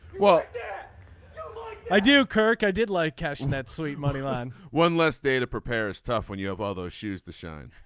well. yeah i do. kirk i did like catching that sweet moneyline one less day to prepare. it's tough when you have all those shoes to shine.